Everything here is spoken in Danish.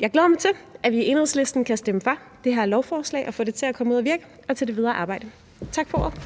Jeg glæder mig til, at vi i Enhedslisten kan stemme for det her lovforslag og få det ud at virke – og til det videre arbejde. Tak for ordet.